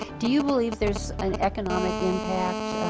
do you believe there's an economic impact